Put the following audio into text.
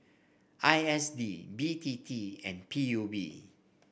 I S D B T T and P U B